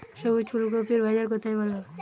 সবুজ ফুলকপির বাজার কোথায় ভালো?